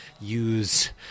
use